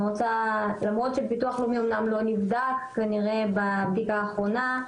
למרות שביטוח לאומי אומנם כנראה לא נבדק בבדיקה האחרונה,